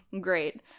great